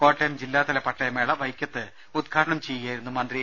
കോട്ടയം ജില്ലാതല പട്ടയമേള വൈക്കത്ത് ഉദ്ഘാടനം ചെയ്യുകയായിരുന്നു മന്ത്രി